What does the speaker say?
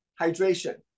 hydration